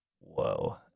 Whoa